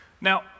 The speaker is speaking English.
Now